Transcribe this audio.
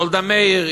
גולדה מאיר,